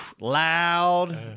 Loud